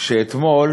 שאתמול